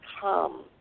come